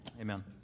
Amen